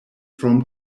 from